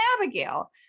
Abigail